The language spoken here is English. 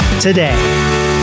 today